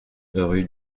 rue